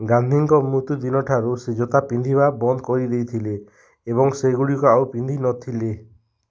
ଗାନ୍ଧୀଙ୍କ ମୃତ୍ୟୁ ଦିନଠାରୁ ସେ ଜୋତା ପିନ୍ଧିବା ବନ୍ଦ କରିଦେଇଥିଲେ ଏବଂ ସେଗୁଡ଼ିକ ଆଉ ପିନ୍ଧି ନଥିଲେ